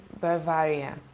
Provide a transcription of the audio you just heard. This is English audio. Bavaria